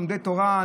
לומדי תורה,